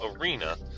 arena